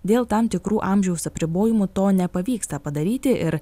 dėl tam tikrų amžiaus apribojimų to nepavyksta padaryti ir